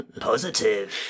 Positive